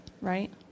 Right